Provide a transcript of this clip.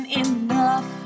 enough